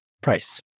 price